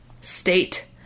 state